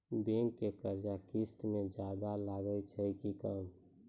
Bank के कर्जा किस्त मे ज्यादा लागै छै कि कम?